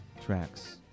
tracks